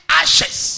ashes